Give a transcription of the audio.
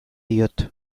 diot